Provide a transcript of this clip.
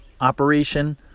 operation